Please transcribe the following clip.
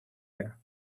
air